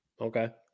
Okay